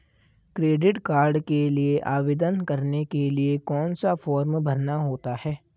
Credit card के लिए आवेदन करने के लिए कौन सा फॉर्म भरना होता है?